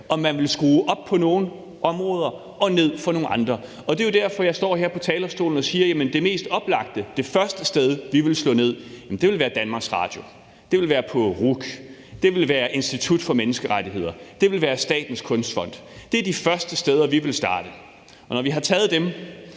om man vil skrue op for nogle områder og ned for nogle andre. Det er jo derfor, jeg står her på talerstolen og siger, at det mest oplagte sted og det første sted, vi ville slå ned, ville være DR, det ville være på RUC, det ville være Institut for Menneskerettigheder, og det ville være Statens Kunstfond. Det er de steder, vi ville starte, og når vi har taget dem,